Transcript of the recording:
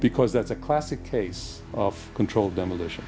because that's a classic case of controlled demolition